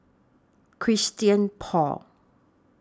Christian Paul